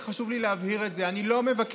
חשוב לי להבהיר את זה: אני לא מבקש